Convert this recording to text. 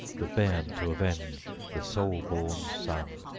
the bairn to avenge, the sole-born son.